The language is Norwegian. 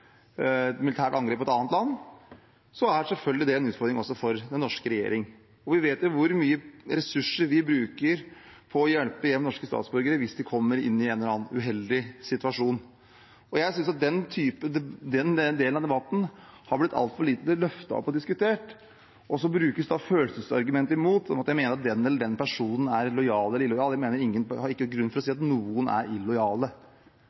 et militært angrep på et annet land, er det selvfølgelig en utfordring for den norske regjeringen. Vi vet jo hvor mye ressurser vi bruker på å hjelpe hjem norske statsborgere hvis de kommer i en eller annen uheldig situasjon. Jeg synes den delen av debatten har blitt altfor lite løftet fram og diskutert, og så brukes følelsesargumentet imot – at jeg mener at den eller den personen er lojal eller illojal. Jeg har ikke grunn til å si at noen er illojale.